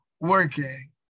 working